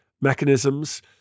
mechanisms